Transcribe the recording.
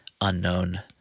unknown